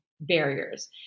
barriers